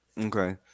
okay